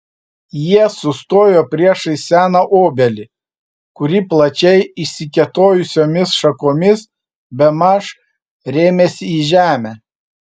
jie sustojo priešais seną obelį kuri plačiai išsikėtojusiomis šakomis bemaž rėmėsi į žemę